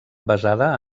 basada